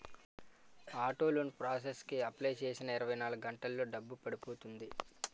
auto loan process కి apply చేసిన ఇరవై నాలుగు గంటల్లో డబ్బు పడిపోతుంది